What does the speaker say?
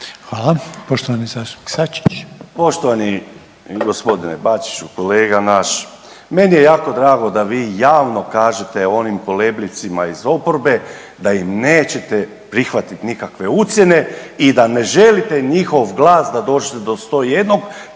(Hrvatski suverenisti)** Poštovani gospodine Bačiću, kolega naš, meni je jako drago da vi javno kažete onim …/Govornik se ne razumije./… iz oporbe da im nećete prihvatiti nikakve ucjene i da ne želite njihov glas da dođete do 101